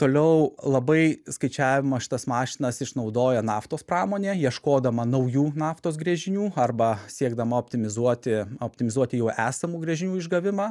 toliau labai skaičiavimo šitas mašinas išnaudoja naftos pramonė ieškodama naujų naftos gręžinių arba siekdama optimizuoti optimizuoti jau esamų gręžinių išgavimą